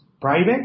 private